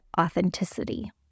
authenticity